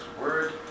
Word